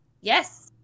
yes